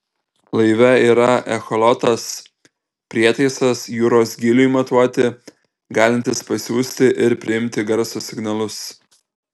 laive yra echolotas prietaisas jūros gyliui matuoti galintis pasiųsti ir priimti garso signalus